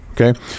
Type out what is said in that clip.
Okay